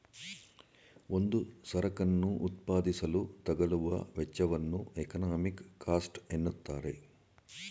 ಒಂದು ಸರಕನ್ನು ಉತ್ಪಾದಿಸಲು ತಗಲುವ ವೆಚ್ಚವನ್ನು ಎಕಾನಮಿಕ್ ಕಾಸ್ಟ್ ಎನ್ನುತ್ತಾರೆ